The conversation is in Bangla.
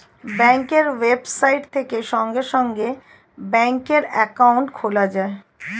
ব্যাঙ্কের ওয়েবসাইট থেকে সঙ্গে সঙ্গে ব্যাঙ্কে অ্যাকাউন্ট খোলা যায়